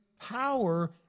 power